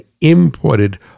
imported